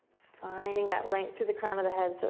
finding that length through the crown of the head. so